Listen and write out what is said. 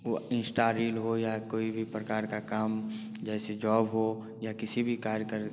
वो insta reel हो या कोई भी प्रकार का काम जैसे जोब हो या किसी भी कार्य कर